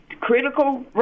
Critical